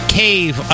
cave